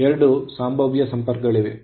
ಎರಡು ಸಂಭಾವ್ಯ ಸಂಪರ್ಕಗಳಿವೆ